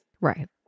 Right